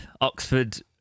Oxford